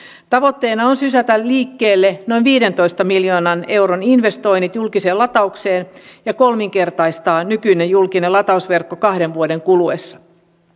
tavoitteena on sysätä liikkeelle noin viidentoista miljoonan euron investoinnit julkiseen lataukseen ja kolminkertaistaa nykyinen julkinen latausverkko kahden vuoden kuluessa